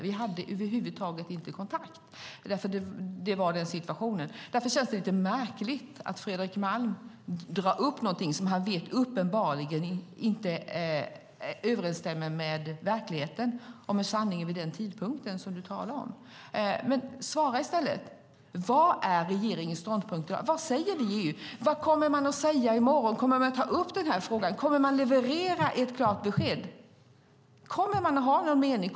Vi hade över huvud taget inte kontakt. Så var situationen. Därför känns det lite märkligt att Fredrik Malm drar upp något som han vet inte överensstämmer med verkligheten och sanningen vid den tidpunkt som du talar om. Svara i stället: Vad är regeringens ståndpunkt? Vad säger vi i EU? Vad kommer man att säga i morgon? Kommer man att ta upp den här frågan? Kommer man att leverera ett klart besked? Kommer man att ha någon mening?